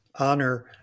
honor